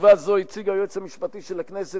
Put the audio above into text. בישיבה זו הציג היועץ המשפטי של הכנסת,